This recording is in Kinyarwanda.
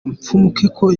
mfumukeko